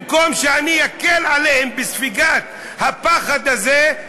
במקום שאני אקל עליהם בספיגת הפחד הזה,